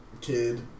kid